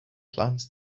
plans